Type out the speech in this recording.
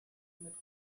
mit